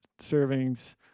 servings